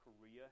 Korea